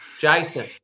Jason